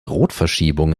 rotverschiebung